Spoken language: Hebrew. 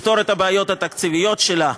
לפתור את הבעיות התקציביות שלה,